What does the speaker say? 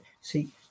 see